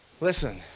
Listen